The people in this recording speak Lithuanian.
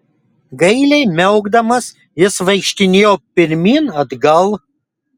gailiai miaukdamas jis vaikštinėjo pirmyn atgal